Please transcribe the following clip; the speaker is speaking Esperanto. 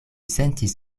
sentis